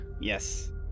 Yes